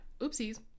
Oopsies